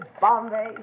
Bombay